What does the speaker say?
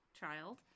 child